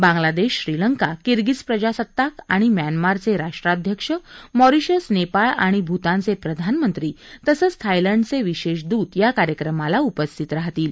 Bangladesh Sri Lanka Kyrgyz प्रजासत्ताक आणि म्यानमारचे राष्ट्राध्यक्ष मॉरिशस नेपाळ आणि भूतानचे प्रधानमंत्री तसंच थायलंडचे विशेष द्रत या कार्यक्रमाला उपस्थित राहतील